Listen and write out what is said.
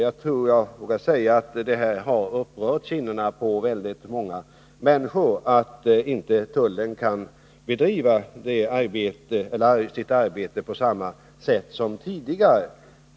Jag tror jag vågar säga att det har upprört sinnena på många människor att tullen nu inte kan bedriva sitt arbete på samma sätt som tidigare.